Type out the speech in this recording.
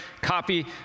copy